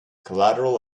collateral